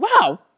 Wow